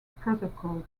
protocol